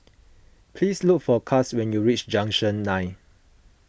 please look for Kash when you reach Junction nine